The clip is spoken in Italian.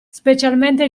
specialmente